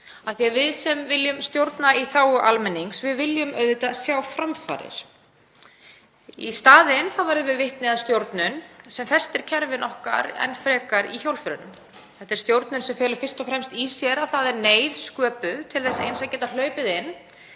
af því að við sem viljum stjórna í þágu almennings viljum auðvitað sjá framfarir. Í staðinn verðum við vitni að stjórnun sem festir kerfin okkar enn frekar í hjólförunum. Þetta er stjórnun sem felur fyrst og fremst í sér að neyð er sköpuð til þess eins að geta hlaupið inn